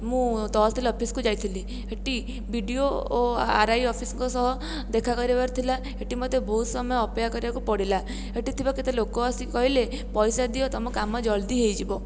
ମୁଁ ତହସିଲ ଅଫିସକୁ ଯାଇଥିଲି ସେଟି ବି ଡି ଓ ଓ ଆର୍ ଆଇ ଅଫିସଙ୍କ ସହ ଦେଖା କରିବାର ଥିଲା ସେଇଠି ମଧ୍ୟ ବହୁତ ସମୟ ଅପେକ୍ଷା କରିବାକୁ ପଡ଼ିଲା ସେଇଠି ଥିବା କିଛି ଲୋକ ଆସି କହିଲେ ପଇସା ଦିଅ ତୁମ କାମ ଜଲ୍ଦି ହେଇଯିବ